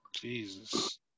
Jesus